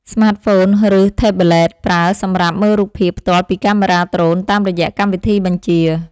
ស្មាតហ្វូន ឬថេប្លេត ប្រើសម្រាប់មើលរូបភាពផ្ទាល់ពីកាមេរ៉ាដ្រូនតាមរយៈកម្មវិធីបញ្ជា។